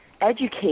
educate